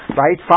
right